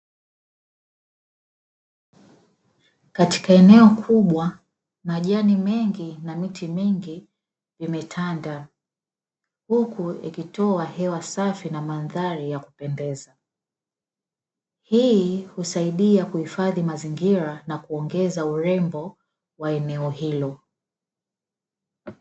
Katika eneo kubwa majani mengi na miti imetanda, huku ikitoa hewa safi na mandhari ya kupendeza . Hii husaidia kuhifadhi mazingira na kuongeza urembo wa eneo hilo.